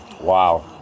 wow